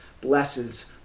blesses